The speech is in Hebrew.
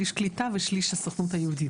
שליש קליטה ושליש הסוכנות היהודית.